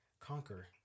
conquer